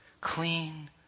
clean